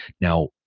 Now